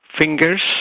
fingers